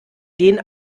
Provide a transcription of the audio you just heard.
den